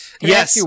Yes